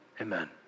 amen